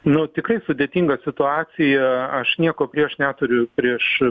nu tikrai sudėtinga situacija aš nieko prieš neturiu prieš